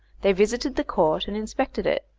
they visited the court and inspected it,